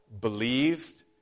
believed